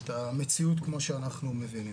את המציאות כמו שאנחנו מבינים.